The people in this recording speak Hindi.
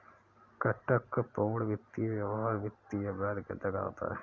कपटपूर्ण वित्तीय व्यवहार वित्तीय अपराध के अंतर्गत आता है